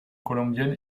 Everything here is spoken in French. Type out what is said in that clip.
colombienne